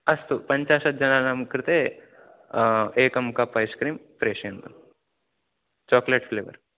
अस्तु पञ्चाशत् जनानां कृते एकं कप् ऐस् क्रीं प्रेषयन्तु चाक्लेट् फ़्लेवर्